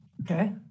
Okay